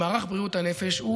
מערך בריאות הנפש,